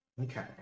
Okay